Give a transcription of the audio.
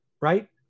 right